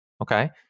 Okay